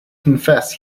confess